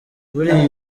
buriya